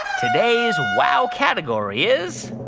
today's wow category is.